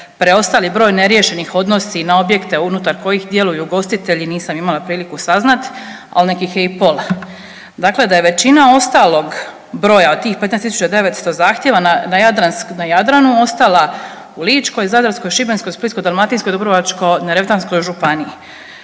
preostali broj neriješenih odnosi na objekte unutar kojih djeluju ugostitelji, nisam imala priliku saznati, al nek ih je i pola. Dakle, da je većina ostalog broja od tih 15 900 zahtjeva na Jadranu ostala u Ličkoj, Zadarskoj, Šibenskoj, Splitsko-dalmatinskoj, Dubrovačko-neretvanskoj županiji.